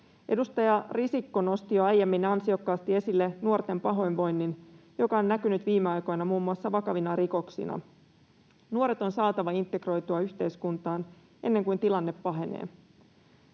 Edustaja Risikko nosti jo aiemmin ansiokkaasti esille nuorten pahoinvoinnin, joka on näkynyt viime aikoina muun muassa vakavina rikoksina. Nuoret on saatava integroitua yhteiskuntaan ennen kuin tilanne pahenee.